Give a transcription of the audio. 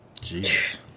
Jesus